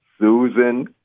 Susan